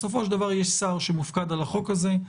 בסופו של דבר יש שר שמופקד על החוק הזה,